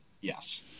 yes